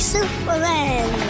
Superman